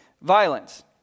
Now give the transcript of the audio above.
violence